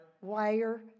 wire